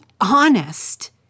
honest